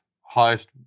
highest